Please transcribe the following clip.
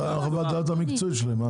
זו חוות הדעת המקצועית שלהם.